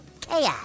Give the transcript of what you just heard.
Chaos